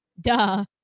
duh